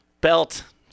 Belt